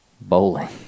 Bowling